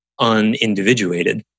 unindividuated